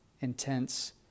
intense